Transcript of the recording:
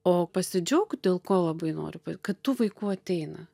o pasidžiaugt dėl ko labai noriu kad tų vaikų ateina